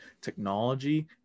technology